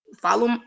follow